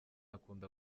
akunda